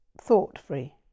thought-free